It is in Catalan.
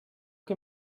que